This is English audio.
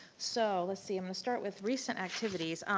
so, let's see, i'm gonna start with recent activities.